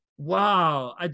Wow